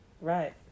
Right